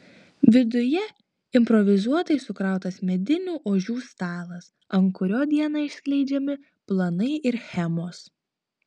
viduje improvizuotai sukrautas medinių ožių stalas ant kurio dieną išskleidžiami planai ir schemos